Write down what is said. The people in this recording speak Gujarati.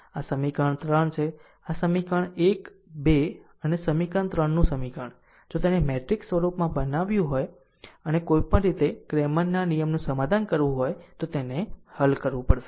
આમ સમીકરણ 1 2 અને સમીકરણ 3 નું સમીકરણ જો તેને મેટ્રિક્સ સ્વરૂપમાં બનાવવું હોય અને કોઈ પણ રીતે ક્લેમરના નિયમનું સમાધાન કરવું હોય તો તેને હલ કરવું પડશે